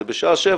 זה בשעה שבע,